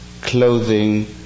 clothing